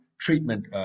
treatment